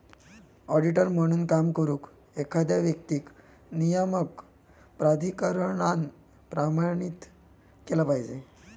auditor म्हणून काम करुक, एखाद्या व्यक्तीक नियामक प्राधिकरणान प्रमाणित केला पाहिजे